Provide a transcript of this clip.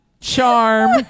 charm